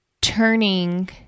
turning